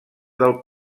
del